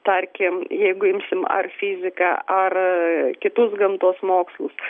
tarkim jeigu imsim ar fiziką ar kitus gamtos mokslus